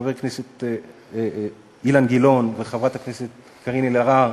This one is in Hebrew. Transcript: חברי הכנסת אילן גילאון וחברת הכנסת קארין אלהרר,